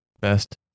Best